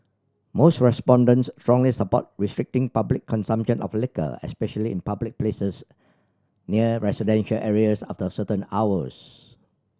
most respondents strongly support restricting public consumption of liquor especially in public places near residential areas after certain hours